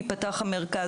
ייפתח המרכז.